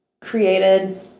created